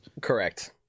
Correct